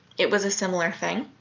it was a similar thing.